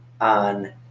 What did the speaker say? on